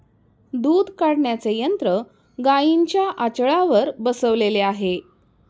दूध काढण्याचे यंत्र गाईंच्या आचळावर बसवलेले आहे